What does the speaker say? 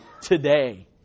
today